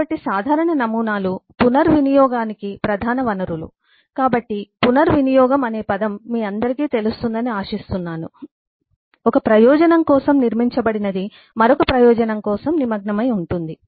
కాబట్టి సాధారణ నమూనాలు పునర్వినియోగానికి ప్రధాన వనరులు కాబట్టి పునర్వినియోగం అనే పదం మీ అందరికీ తెలుస్తుందని ఆశిస్తున్నాను ఒక ప్రయోజనం కోసం నిర్మించబడినది మరొక ప్రయోజనం కోసం నిమగ్నమై ఉంటుంది